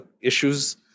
issues